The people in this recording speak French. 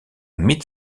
mid